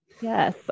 Yes